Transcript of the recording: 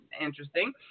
interesting